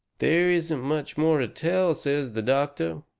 there isn't much more to tell, says the doctor,